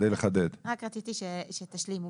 רציתי שתשלימו.